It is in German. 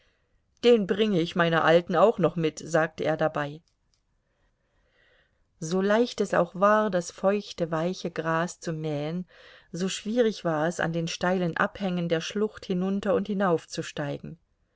den bringe ich meiner alten auch noch mit sagte er dabei so leicht es auch war das feuchte weiche gras zu mähen so schwierig war es an den steilen abhängen der schlucht hinunter und hinauf zu steigen